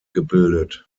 gebildet